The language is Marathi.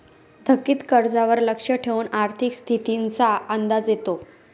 थकीत कर्जावर लक्ष ठेवून आर्थिक स्थितीचा अंदाज येतो